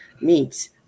meets